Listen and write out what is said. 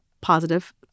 positive